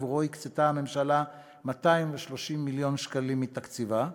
שעבורו הקצתה הממשלה 230 מיליון שקלים מתקציבה.